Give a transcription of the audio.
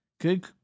Good